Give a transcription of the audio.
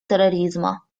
терроризма